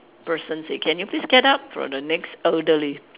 person say can you please get up for the next elderly